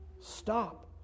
stop